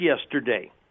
yesterday